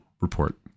report